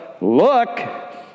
look